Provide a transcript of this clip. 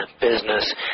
business